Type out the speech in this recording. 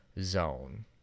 zone